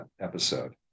episode